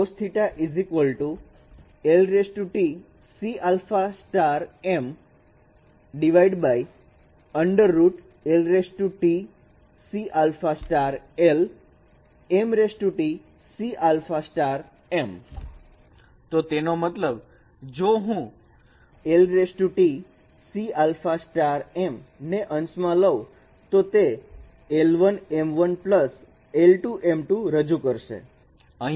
તેનો મતલબ જો હું ને અંશમાં લવ તો તે l1m1 l2m2 રજૂ કરશે